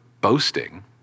boasting